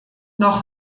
noch